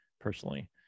personally